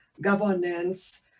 governance